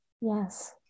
Yes